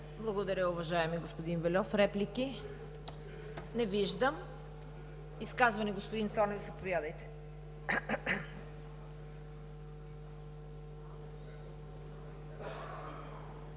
Благодаря, уважаеми господин Вельов. Реплики? Не виждам. Изказване – господин Цонев, заповядайте.